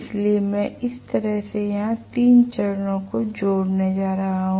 इसलिए मैं इस तरह से यहां 3 चरणों को जोड़ने जा रहा हूं